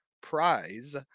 Prize